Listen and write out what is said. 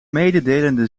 mededelende